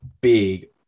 big